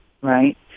right